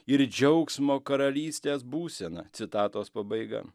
ir džiaugsmo karalystės būsena citatos pabaiga